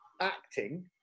acting